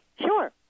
sure